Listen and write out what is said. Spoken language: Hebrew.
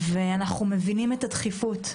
אנחנו מבינים את הדחיפות.